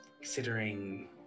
considering